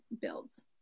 builds